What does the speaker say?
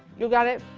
you got it.